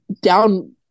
down